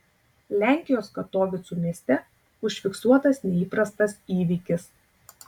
lenkijos katovicų mieste užfiksuotas neįprastas įvykis